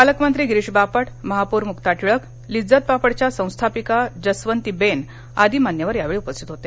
पालकमंत्री गिरीश बापट महापौर मुक्ता टिळक लिज्जत पापडच्या संस्थापिका जसवंती बेन इत्यादि मान्यवर यावेळी उपस्थित होते